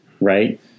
right